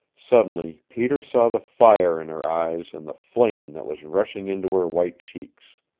suddenly peter saw the fire in her eyes and the flame that was rushing into her white cheeks.